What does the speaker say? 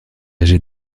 âgé